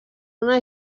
una